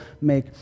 make